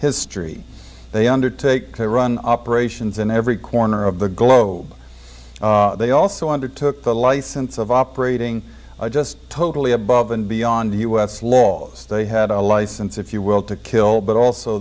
history they undertake to run operations in every corner of the globe they also undertook the license of operating just totally above and beyond the u s laws they had a license if you will to kill but also